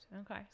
Okay